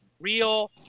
real